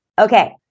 Okay